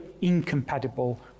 incompatible